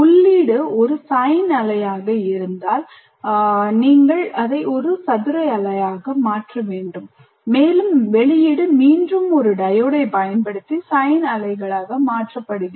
உள்ளீடு ஒரு Sine அலை என்றால் நீங்கள் அதை ஒரு சதுர அலையாக மாற்றுகிறீர்கள் மேலும் வெளியீடு மீண்டும் ஒரு Diode பயன்படுத்தி Sine அலைகளாக மாற்றப்படுகிறது